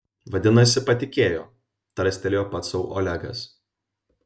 vadinasi patikėjo tarstelėjo pats sau olegas